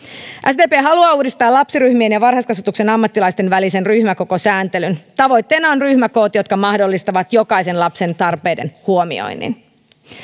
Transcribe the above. sdp haluaa uudistaa lapsiryhmien ja varhaiskasvatuksen ammattilaisten välisen ryhmäkokosääntelyn tavoitteena on ryhmäkoot jotka mahdollistavat jokaisen lapsen tarpeiden huomioinnin